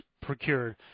procured